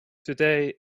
today